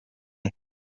muri